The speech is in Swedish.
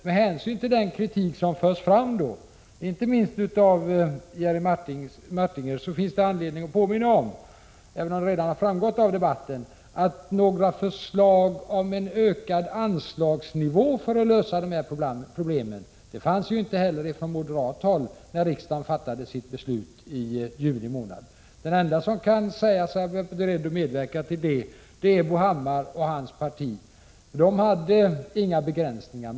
Med hänsyn till den kritik som har förts fram, inte minst från Jerry Martinger, finns det anledning att påminna om, även om det redan har framgått av debatten, att några förslag om en höjning av anslagsnivåerna för att lösa dessa problem inte heller fanns från moderat håll när riksdagen fattade sitt beslut i juni. De enda som kan säga sig ha varit beredda att medverka till detta är Bo Hammar och hans parti. De ville inte ha några begränsningar.